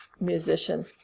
musician